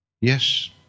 Yes